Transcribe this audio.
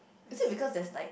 does it because there's like